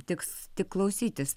tiks tik klausytis